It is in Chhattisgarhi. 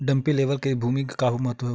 डंपी लेवल का खेती भुमि म का महत्व हावे?